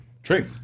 True